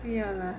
不要 lah